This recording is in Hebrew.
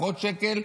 פחות שקל,